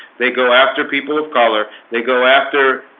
they go after people of color they go after